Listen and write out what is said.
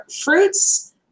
fruits